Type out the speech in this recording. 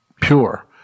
pure